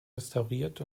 restauriert